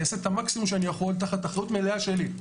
אני אעשה את המקסימום שאני יכול תחת אחריות מלאה שלי,